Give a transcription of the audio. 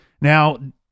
Now